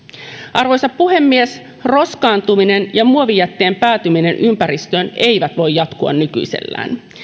arvoisa puhemies roskaantuminen ja muovijätteen päätyminen ympäristöön eivät voi jatkua nykyisellään